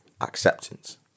acceptance